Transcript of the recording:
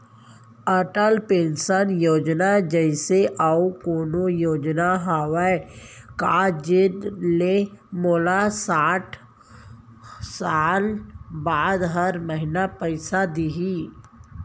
Atal pension Yojana जइसे अऊ कोनो योजना हावे का जेन ले मोला साठ साल बाद हर महीना पइसा दिही?